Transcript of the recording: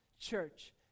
Church